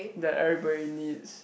that everybody needs